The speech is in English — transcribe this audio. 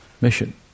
mission